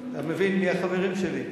אני מבין מי החברים שלי.